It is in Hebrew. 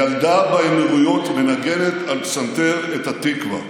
ילדה באמירויות מנגנת על פסנתר את התקווה.